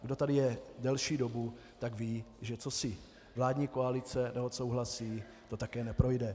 Kdo tady je delší dobu, tak ví, že co si vládní koalice neodsouhlasí, to také neprojde.